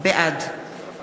בעד